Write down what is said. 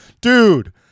dude